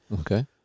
Okay